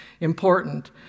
important